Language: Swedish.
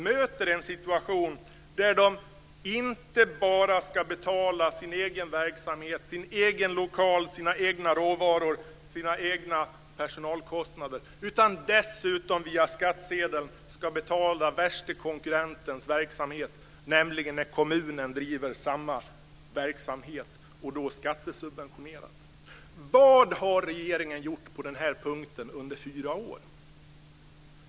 De ska inte bara betala sin egen verksamhet, sin egen lokal, sina egna råvaror och sina egna personalkostnader utan ska dessutom via skattsedeln betala den värste konkurrentens verksamhet, nämligen den skattesubventionerade verksamhet som bedrivs av kommunen. Vad har regeringen gjort på den här punkten under fyra år?